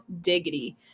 diggity